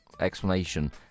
explanation